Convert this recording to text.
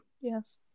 Yes